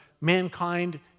mankind